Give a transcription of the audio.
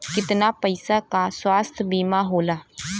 कितना पैसे का स्वास्थ्य बीमा होला?